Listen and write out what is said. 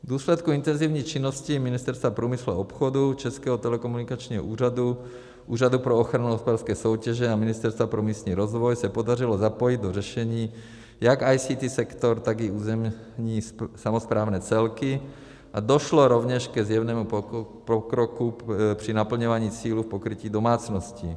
V důsledku intenzivní činnosti Ministerstva průmyslu a obchodu, Českého telekomunikačního úřadu, Úřadu pro ochranu hospodářské soutěže a Ministerstva pro místní rozvoj se podařilo zapojit do řešení jak ICT sektor, tak i územní samosprávné celky a došlo rovněž ke zjevnému pokroku při naplňování cílů v pokrytí domácností.